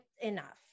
enough